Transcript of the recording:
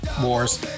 Wars